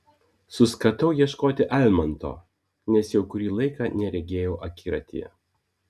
suskatau ieškoti almanto nes jau kurį laiką neregėjau akiratyje